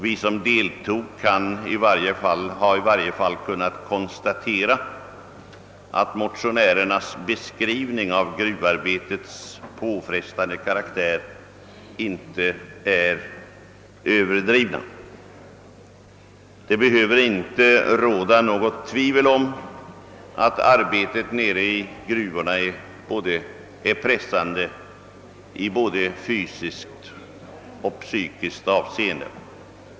Vi som deltog i resan har i varje fall kunnat konstatera, att motionärernas beskrivning av gruvarbetets påfrestande karaktär inte är överdriven. Det behöver inte råda något tvivel om att arbetet nere i gruvorna är pressande i både fysiskt och psykiskt avseende.